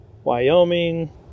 Wyoming